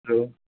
hello